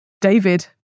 David